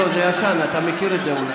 ועדת הכנסת תכריע בסוגיה זו.